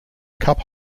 cup